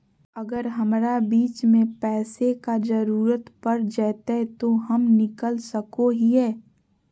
अगर हमरा बीच में पैसे का जरूरत पड़ जयते तो हम निकल सको हीये